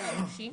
גם אישי.